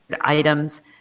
items